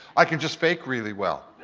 i can just fake really well.